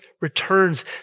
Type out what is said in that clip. returns